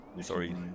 Sorry